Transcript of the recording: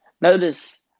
Notice